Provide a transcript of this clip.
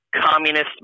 communist